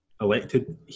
elected